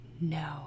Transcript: No